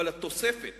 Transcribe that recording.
אבל התוספת